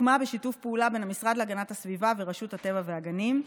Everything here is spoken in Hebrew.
הוקמה בשיתוף פעולה של המשרד להגנת הסביבה ורשות הטבע והגנים.